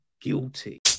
guilty